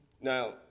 Now